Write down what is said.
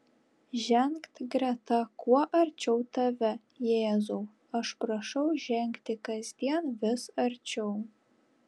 žengt greta kuo arčiau tave jėzau aš prašau žengti kasdien vis arčiau